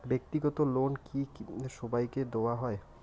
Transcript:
ব্যাক্তিগত লোন কি সবাইকে দেওয়া হয়?